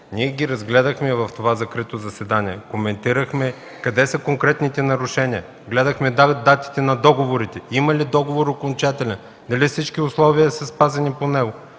Ние ги разгледахме в това закрито заседание, коментирахме къде са конкретните нарушения, гледахме датите на договорите – има ли окончателен договор, или всички условия по него